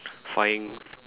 find